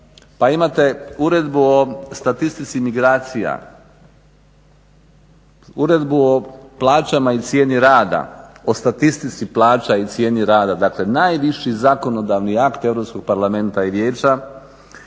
Pa imate Uredbu o statistici migracija, Uredbu o plaćama i cijeni rada, o statistici plaća i cijeni rada, dakle najviši zakonodavni akt Europskog